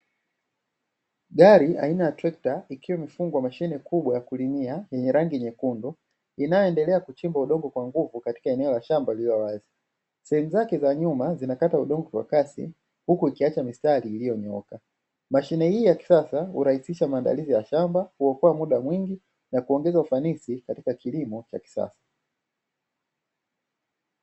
Gari aina ya trekta ikiwa imefungwa mashine kubwa ya kulimia yenye rangi nyekundu inayoendelea kuchimba udongo kwa nguvu katika eneo la shamba lililowazi. sehemu zake za nyuma zinakata udongo kwa kasi huku ikiacha mistari iliyonyooka. Mashine hii ya kisasa hurahisisha maandalizi ya shamba, kuokoa muda mwingi na kuongeza ufanisi katika kilimo cha kisasa.